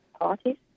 parties